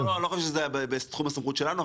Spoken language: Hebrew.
אני לא חושב שזה בתחום הסמכות שלנו.